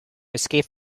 escape